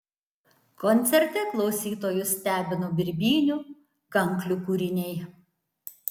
koncerte klausytojus stebino birbynių kanklių kūriniai